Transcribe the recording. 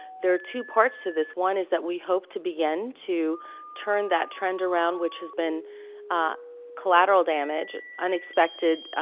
there are two parts to this. one is that we hope to begin to turn that trend around, which has been collateral damage, unexpected